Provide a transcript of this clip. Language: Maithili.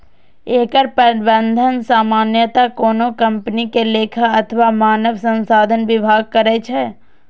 एकर प्रबंधन सामान्यतः कोनो कंपनी के लेखा अथवा मानव संसाधन विभाग करै छै